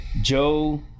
Joe